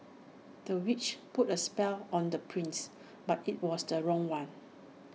the witch put A spell on the prince but IT was the wrong one